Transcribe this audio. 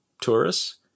tourists